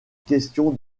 question